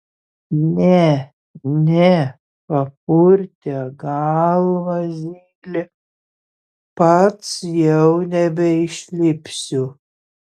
ne ne papurtė galvą zylė pats jau nebeišlipsiu